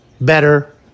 better